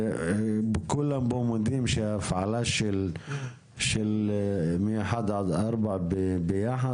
כולם כאן מודים שההפעלה של מ-1 עד 4 ביחד,